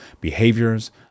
behaviors